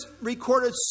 recorded